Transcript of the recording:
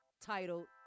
titled